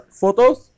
photos